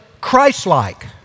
Christ-like